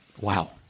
Wow